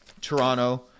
Toronto